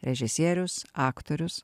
režisierius aktorius